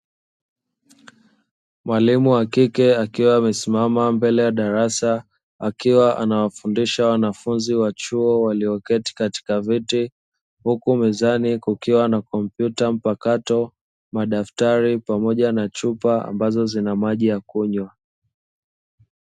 Mwalimu wa kike akiwa amesimama mbele ya darasa, akiwa anawafundisha wanafunzi wa chuo walioketi katika viti, huku mezani kukiwa na: kompyuta mpakato, madaftari pamoja na chupa ambazo zina maji ya kunywa.